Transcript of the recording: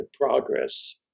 progress